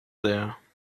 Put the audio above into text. there